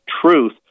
truth